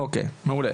אוקיי, מעולה.